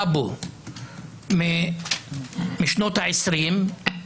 טאבו משנות העשרים,